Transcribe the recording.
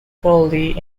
crawley